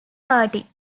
party